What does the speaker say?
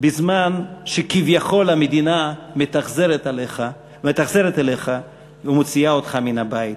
בזמן שכביכול המדינה מתאכזרת אליך ומוציאה אותך מן הבית,